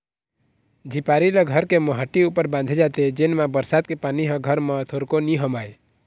झिपारी ल घर के मोहाटी ऊपर बांधे जाथे जेन मा बरसात के पानी ह घर म थोरको नी हमाय